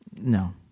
No